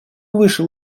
вышел